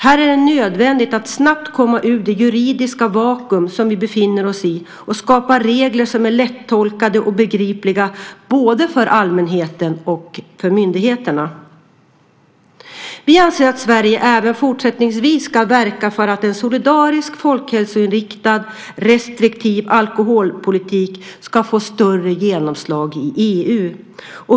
Här är det nödvändigt att snabbt komma ur det juridiska vakuum som vi befinner oss i och skapa regler som är lättolkade och begripliga för både allmänheten och myndigheterna. Vi anser att Sverige även fortsättningsvis ska verka för att en solidarisk, folkhälsoinriktad och restriktiv alkoholpolitik ska få större genomslag i EU.